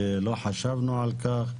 לא חשבנו על כך.